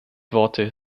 worte